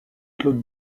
claude